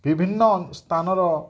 ବିଭିନ୍ନ ସ୍ଥାନର